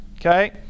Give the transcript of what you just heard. Okay